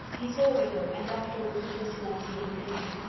he saw wickham, and afterwards insisted on seeing lydia.